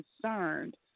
concerned